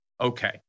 okay